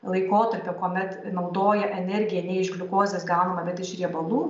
laikotarpio kuomet naudoji energiją nei iš gliukozės gaunama bet iš riebalų